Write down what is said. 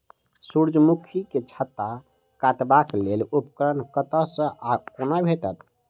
सूर्यमुखी केँ छत्ता काटबाक लेल उपकरण कतह सऽ आ कोना भेटत?